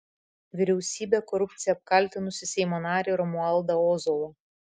vyriausybę korupcija apkaltinusį seimo narį romualdą ozolą